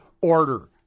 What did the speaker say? order